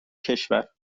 کشور